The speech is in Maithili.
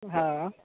हँ